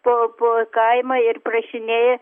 po po kaimą ir prašinėja